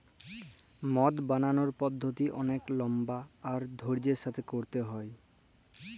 মদ বালালর পদ্ধতি অলেক লম্বা আর ধইর্যের সাথে ক্যইরতে হ্যয়